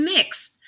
Mixed